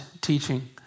teaching